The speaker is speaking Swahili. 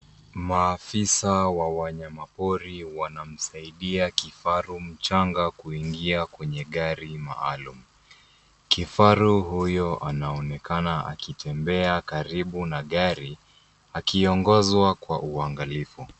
Maafisa wa wanyama pori wanamsaidia kifaru mchanga kuingia kwenye gari maalum. Kifaru huyu anaonekana akitembea karibu na gari ikiongozwa kwa uangalifu.